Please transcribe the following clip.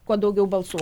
kuo daugiau balsų